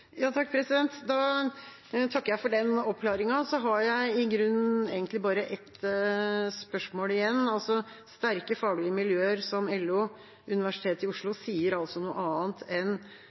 Da takker jeg for den oppklaringen og har i grunnen egentlig bare ett spørsmål igjen. Sterke faglige miljøer som LO og Universitetet i Oslo sier altså noe annet enn